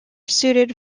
suited